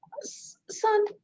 son